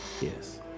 yes